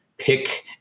pick